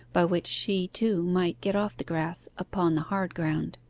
by which she, too, might get off the grass upon the hard ground.